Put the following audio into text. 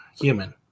human